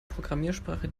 programmiersprache